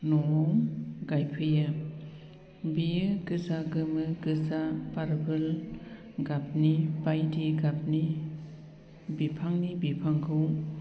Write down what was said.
न'आव गायफैयो बियो गोजा गोमो गोजा पार्पल गाबनि बायदि गाबनि बिफांनि बिबांखौ